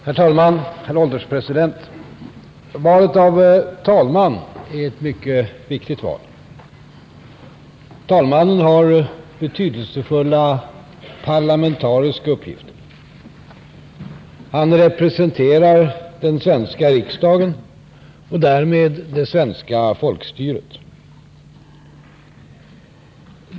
Herr ålderspresident! Valet av talman är ett mycket viktigt val. Talmannen har betydelsefulla parlamentariska uppgifter. Han representerar den svenska riksdagen och därmed det svenska folkstyret.